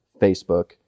Facebook